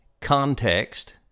context